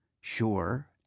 Sure